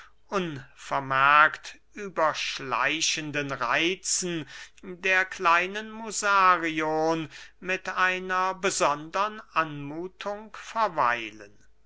unvermerkt überschleichenden reitzen der kleinen musarion mit einer besondern anmuthung verweilen